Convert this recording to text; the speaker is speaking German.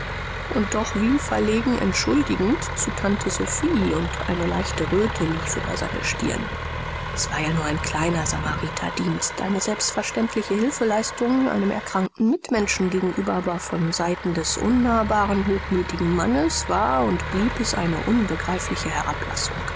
und doch wie verlegen entschuldigend zu tante sophie und eine leichte röte lief über seine stirn es war ja nur ein kleiner samariterdienst eine selbstverständliche hilfeleistung einem erkrankten mitmenschen gegenüber aber von seiten des unnahbaren hochmütigen mannes war und blieb es eine unbegreifliche herablassung